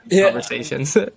conversations